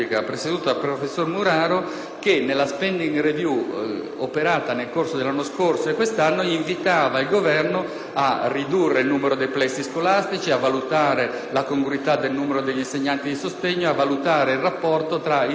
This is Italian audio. che nella *spending* *review* dell'anno scorso e di quest'anno invitava il Governo a ridurre il numero dei plessi scolastici e a valutare la congruità del numero degli insegnanti di sostegno ed il rapporto tra insegnanti e alunni nelle nostre scuole.